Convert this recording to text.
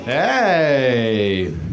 Hey